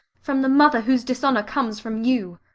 from the mother whose dishonour comes from you?